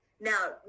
Now